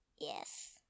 Yes